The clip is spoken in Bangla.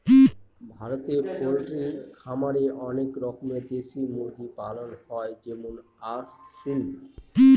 ভারতে পোল্ট্রি খামারে অনেক রকমের দেশি মুরগি পালন হয় যেমন আসিল